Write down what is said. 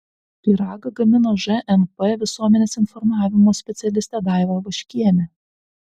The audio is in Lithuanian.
pyragą gamino žnp visuomenės informavimo specialistė daiva vaškienė